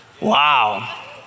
Wow